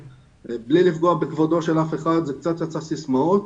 בלי לפגוע בכבודו של אף אחד, זה קצת יצא סיסמאות.